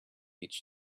each